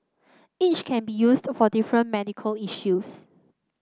each can be used for different medical issues